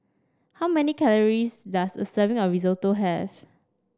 how many calories does a serving of Risotto have